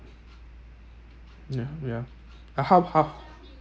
ya ya uh how how